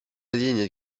ligne